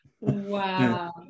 Wow